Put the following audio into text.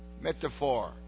metaphor